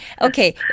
Okay